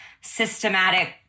systematic